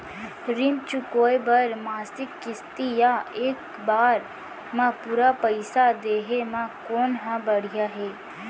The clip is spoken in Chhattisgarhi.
ऋण चुकोय बर मासिक किस्ती या एक बार म पूरा पइसा देहे म कोन ह बढ़िया हे?